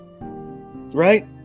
right